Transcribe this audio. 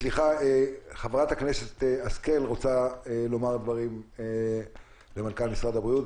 חברת הכנסת השכל רוצה לומר דברים למנכ"ל משרד הבריאות.